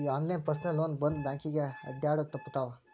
ಈ online personal loan ಬಂದ್ ಬ್ಯಾಂಕಿಗೆ ಅಡ್ಡ್ಯಾಡುದ ತಪ್ಪಿತವ್ವಾ